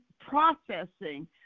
processing